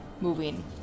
moving